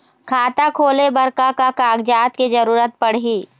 खाता खोले बर का का कागजात के जरूरत पड़ही?